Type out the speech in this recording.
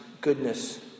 goodness